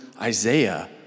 Isaiah